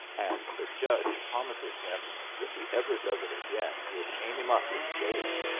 and the judge promises him if he ever does it again he'll chain him up in jail.